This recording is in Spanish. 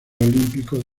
olímpico